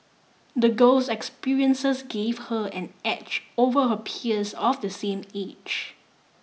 the girl's experiences gave her an edge over her peers of the same age